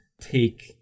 take